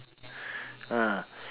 ah